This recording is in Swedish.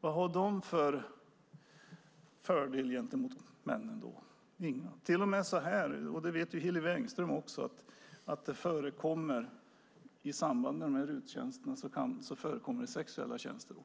Vad har de då för fördelar gentemot männen? Inga. Hillevi Engström vet också att det i samband med de här RUT-tjänsterna förekommer sexuella tjänster.